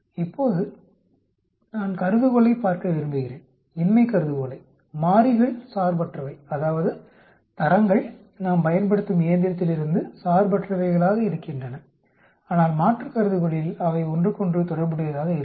இப்போது நான் கருதுகோளைப் பார்க்க விரும்புகிறேன் இன்மை கருதுகோளை மாறிகள் சார்பற்றவை அதாவது தரங்கள் நாம் பயன்படுத்தும் இயந்திரத்திலிருந்து சார்பற்றவைகளாக இருக்கின்றன ஆனால் மாற்று கருதுகோளில் அவை ஒன்றுக்கொன்று தொடர்புடையதாக இருக்கும்